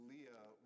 Leah